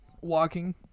walking